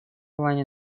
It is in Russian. плане